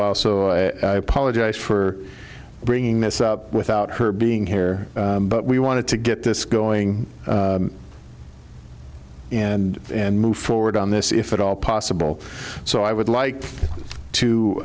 while so i apologize for bringing this up without her being here but we wanted to get this going and move forward on this if at all possible so i would like